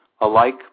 alike